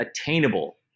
attainable